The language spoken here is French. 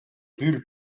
bulles